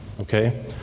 Okay